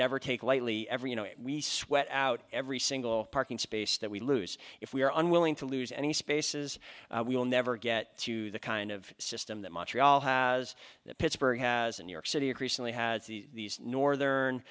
never take lightly every you know we sweat out every single parking space that we lose if we are unwilling to lose any spaces we'll never get to the kind of system that montreal has that pittsburgh has a new york city increasingly has these northern northe